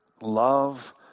love